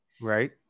Right